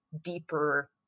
deeper